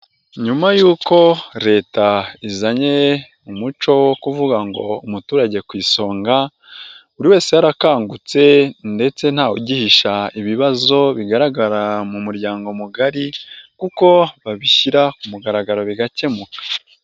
Nyuma y'uko leta izanye umuco wo kuvuga ngo umuturage ku isonga buri wese yarakangutse ndetse nta wugihisha ibibazo bigaragara mu muryango mugari kuko babishyira ku mugaragaro bigakemuka.